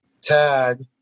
tag